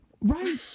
Right